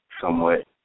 somewhat